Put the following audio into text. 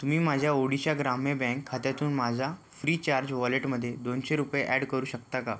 तुम्ही माझ्या ओडिशा ग्राम्य बँक खात्यातून माझा फ्रीचार्ज वॉलेटमध्ये दोनशे रुपये ॲड करू शकता का